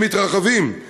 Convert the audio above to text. הם מתרחבים.